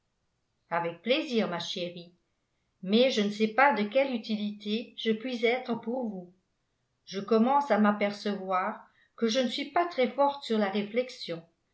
avec plaisir ma chérie mais je ne sais pas de quelle utilité je puis être pour vous je commence à m'apercevoir que je ne suis pas très forte sur la réflexion